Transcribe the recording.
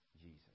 Jesus